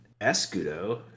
Escudo